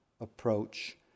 approach